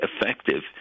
effective